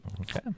Okay